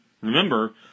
Remember